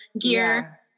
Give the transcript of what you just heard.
gear